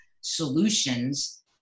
solutions